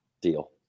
deal